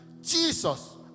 jesus